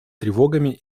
тревогами